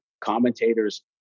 commentators